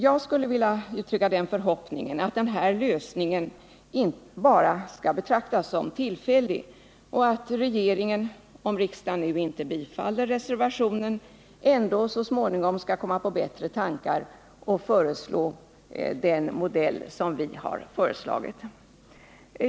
Jag skulle vilja uttrycka den förhoppningen att den här lösningen bara skall betraktas som tillfällig och att regeringen, om riksdagen nu inte bifaller reservationen, ändå så småningom skall komma på bättre tankar och föreslå den modell som vi nu har föreslagit.